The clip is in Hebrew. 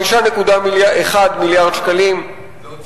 5.1 מיליארד שקלים, לא ולא.